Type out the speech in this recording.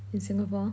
singapore